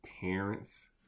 Parents